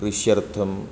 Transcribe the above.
कृष्यर्थं